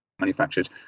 manufactured